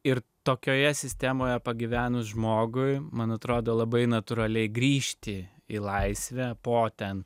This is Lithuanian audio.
ir tokioje sistemoje pagyvenus žmogui man atrodo labai natūraliai grįžti į laisvę po ten